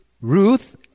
Ruth